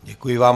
Děkuji vám.